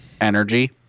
energy